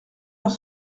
dans